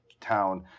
town